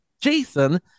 Jason